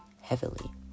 heavily